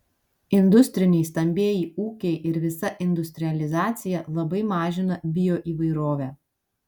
industriniai stambieji ūkiai ir visa industrializacija labai mažina bioįvairovę